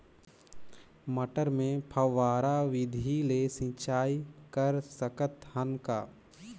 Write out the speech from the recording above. मटर मे फव्वारा विधि ले सिंचाई कर सकत हन का?